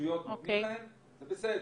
שהרשויות נותנים להם זה בסדר.